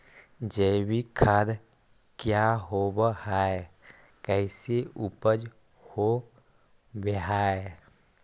जैविक खाद क्या होब हाय कैसे उपज हो ब्हाय?